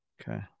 okay